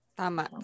tama